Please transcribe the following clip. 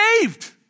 saved